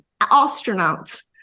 astronauts